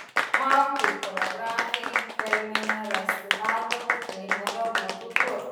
man kaip choreografei kelmėje rasti darbą tikrai nebebūtų kur